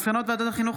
מסקנות ועדת החינוך,